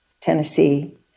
Tennessee